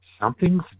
something's